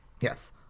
Yes